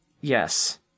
yes